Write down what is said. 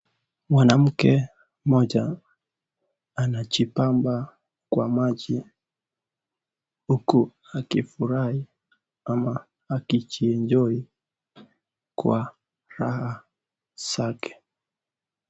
Mwanamke mmoja anajibamba kwa maji, huku akifurahi ama akijienjoy kwa raha zake.